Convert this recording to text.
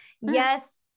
Yes